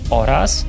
oraz